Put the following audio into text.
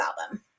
album